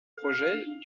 projet